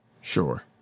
Sure